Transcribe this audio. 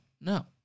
No